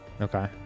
Okay